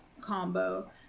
combo